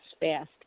fast